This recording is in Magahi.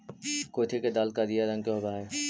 कुर्थी के दाल करिया रंग के होब हई